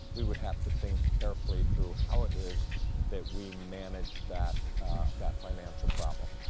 we would have to think carefully through how it is that we manage that that financial problem.